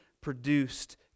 produced